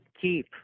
keep